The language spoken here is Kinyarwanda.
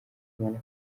imana